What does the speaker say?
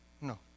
No